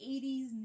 80s